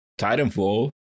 Titanfall